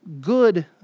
good